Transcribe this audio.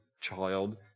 child